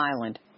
Island